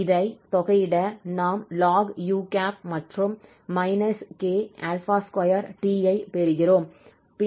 இதை தொகையிட நாம் ln u மற்றும் k2t ஐ பெறுகிறோம்